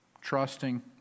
trusting